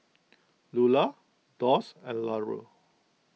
Lula Doss and Larue